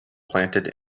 planted